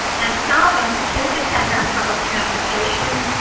and some of us do depend on public transportation